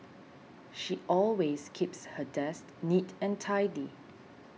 she always keeps her desk neat and tidy